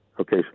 Okay